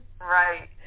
Right